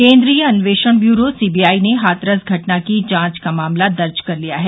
केन्द्रीय अन्वेषण bureau CBI ने हाथरस घटना की जांच का मामला दर्ज कर लिया है